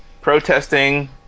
protesting